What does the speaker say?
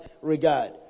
regard